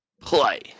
play